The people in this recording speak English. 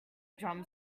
drum